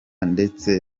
ndetse